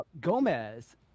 Gomez